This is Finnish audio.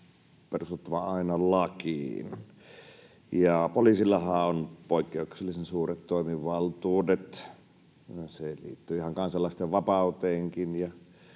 perustuttava aina lakiin, ja poliisillahan on poikkeuksellisen suuret toimivaltuudet. Se liittyy ihan kansalaisten vapauteenkin